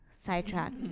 Sidetrack